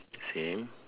same